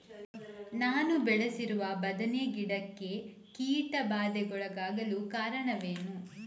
ನಾನು ಬೆಳೆಸಿರುವ ಬದನೆ ಗಿಡಕ್ಕೆ ಕೀಟಬಾಧೆಗೊಳಗಾಗಲು ಕಾರಣವೇನು?